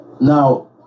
Now